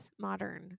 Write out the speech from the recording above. modern